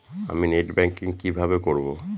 আমি net banking কিভাবে করব?